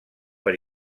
per